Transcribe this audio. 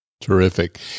Terrific